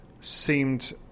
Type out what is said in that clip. seemed